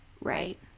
Right